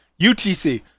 UTC